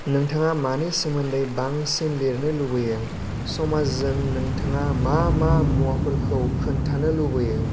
नोंथाङा मानि सोमबोन्दोयै बांसिन लिरनो लुबैयो समाजजों नोंथाङा मा मा मुवाफोरखौ खोन्थानो लुबैयो